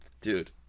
Dude